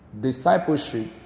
discipleship